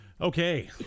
Okay